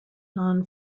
non